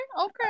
Okay